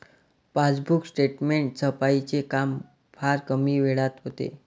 passbook statement छपाईचे काम फार कमी वेळात होते